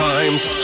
Times